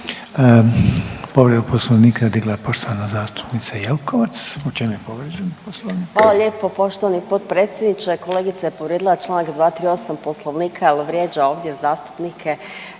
Povredu Poslovnika digla je poštovana zastupnica Jelkovac. U čem je povrijeđen Poslovnik? **Jelkovac, Marija (HDZ)** Hvala lijepo poštovani potpredsjedniče. Kolegica je povrijedila članak 238. Poslovnika jer vrijeđa ovdje zastupnike